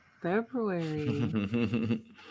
February